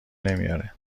نمیاره